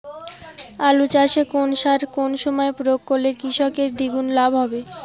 আলু চাষে কোন সার কোন সময়ে প্রয়োগ করলে কৃষকের দ্বিগুণ লাভ হবে?